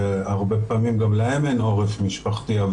הרבה פעמים גם להן אין עורף משפחתי.